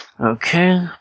Okay